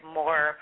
more